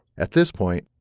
at this point,